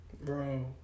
Bro